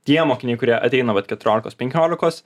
tie mokiniai kurie ateina vat keturiolikos penkiolikos